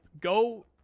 go